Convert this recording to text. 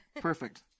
Perfect